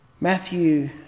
Matthew